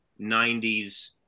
90s